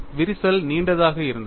விரிசல் நீண்டதாக இருந்தது